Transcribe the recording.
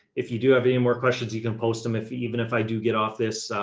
if you do have any more questions, you can post them. if even if i do get off this,